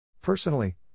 Personally